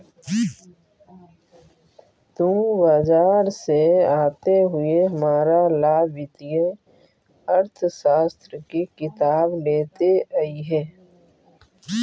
तु बाजार से आते हुए हमारा ला वित्तीय अर्थशास्त्र की किताब लेते अइहे